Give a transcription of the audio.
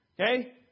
Okay